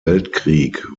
weltkrieg